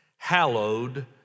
hallowed